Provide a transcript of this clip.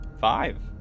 Five